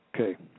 Okay